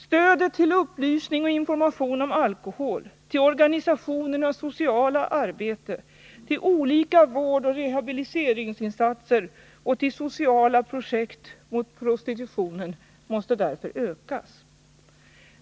Stödet till upplysning och information om alkohol till organisationernas sociala arbete, till olika vårdoch rehabiliteringsinsatser och till sociala projekt mot prositutionen måste därför ökas.